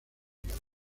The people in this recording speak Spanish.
hígado